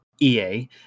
EA